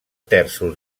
terços